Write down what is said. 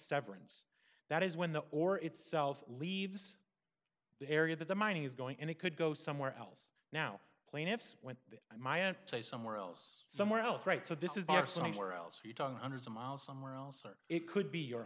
severance that is when the or itself leaves the area that the mining is going and it could go somewhere else now plaintiffs when my aunt say somewhere else somewhere else right so this is there somewhere else you're talking hundreds of miles somewhere else or it could be your